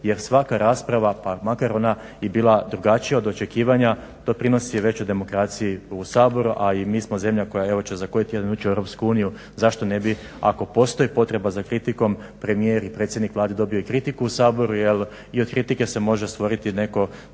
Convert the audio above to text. jer svaka rasprava pa makar ona i bila drugačija od očekivanja doprinosi većoj demokraciji u Saboru, a i mi smo zemlja koja će za koji tjedan ući u EU zašto ne bi ako postoji potreba za kritikom premijer i predsjednik Vlade dobio kritiku u Saboru jer i od kritike se može stvoriti neko